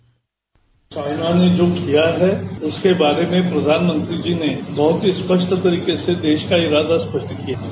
bite China ने जो किया है उसके बारे में प्रधानमंत्री जी ने बहुत ही स्पष्ट तरीके से देश का इरादा स्पष्ट किया है